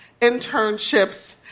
internships